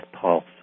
pulse